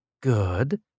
Good